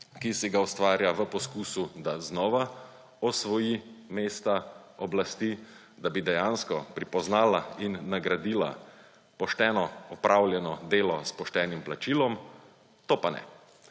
ki si ga ustvarja v poskusu, da znova osvoji mesta oblasti, da bi dejansko pripoznala in nagradila pošteno opravljeno delo s poštenim plačilom – to pa ne.